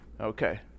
okay